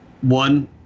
One